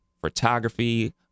photography